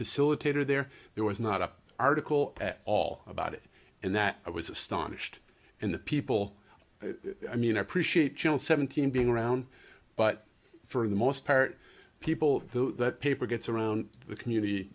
facilitator there there was not a article at all about it and that i was astonished and the people i mean i appreciate john seventeen being around but for the most part people though that paper gets around the community